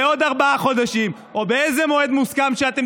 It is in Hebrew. בעוד ארבעה חודשים או באיזה מועד מוסכם שאתם